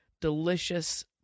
delicious